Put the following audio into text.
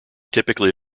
typically